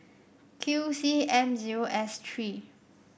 Q C M zero S three